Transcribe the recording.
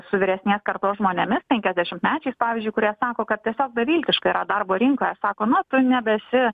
su vyresnės kartos žmonėmis penkiasdešimtmečiais pavyzdžiui kurie sako kad tiesiog beviltiška yra darbo rinkoje sako nu tu nebesi